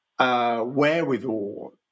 Wherewithal